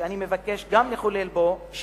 שאני מבקש גם בו לחולל שינוי,